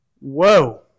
Whoa